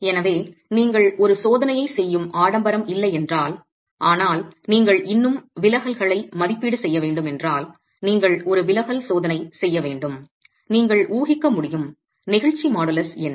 எனவே நீங்கள் ஒரு சோதனையை செய்யும் ஆடம்பரம் இல்லை என்றால் ஆனால் நீங்கள் இன்னும் விலகல்கள் ஐ மதிப்பீடு செய்ய வேண்டும் என்றால் நீங்கள் ஒரு விலகல் சோதனை செய்ய வேண்டும் நீங்கள் ஊகிக்க முடியும் நெகிழ்ச்சி மாடுலஸ் என்ன